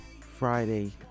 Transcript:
friday